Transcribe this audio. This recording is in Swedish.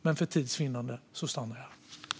Men för tids vinnande stannar jag här.